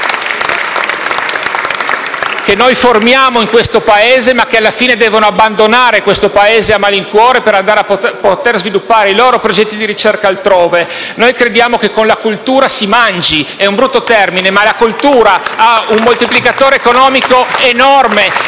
che formiamo in questo Paese ma che alla fine devono abbandonarlo a malincuore per andare a sviluppare i propri progetti di ricerca altrove. Crediamo che con la cultura si mangi: è un brutto termine, ma la cultura ha un moltiplicatore economico enorme